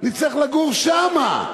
נצטרך לגור שם,